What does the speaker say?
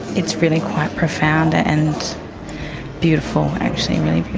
it's really quite profound and beautiful and actually, really